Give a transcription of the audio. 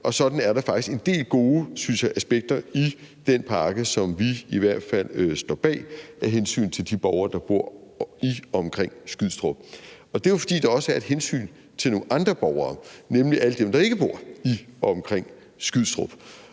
Sådan er der faktisk en del gode, synes jeg, aspekter i den pakke, som vi i hvert fald står bag af hensyn til de borgere, der bor i og omkring Skrydstrup. Og det er jo, fordi der også er et hensyn til nogle andre borgere, nemlig alle dem, der ikke bor i og omkring Skrydstrup,